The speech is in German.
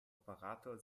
operator